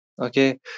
Okay